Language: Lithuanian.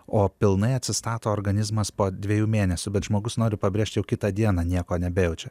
o pilnai atsistato organizmas po dviejų mėnesių bet žmogus noriu pabrėžt jau kitą dieną nieko nebejaučia